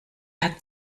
hat